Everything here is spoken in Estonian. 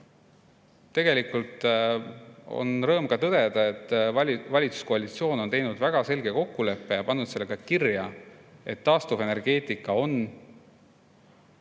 Tegelikult on rõõm ka tõdeda, et valitsuskoalitsioon on teinud väga selge kokkuleppe ja pannud selle ka kirja, et taastuvenergeetika on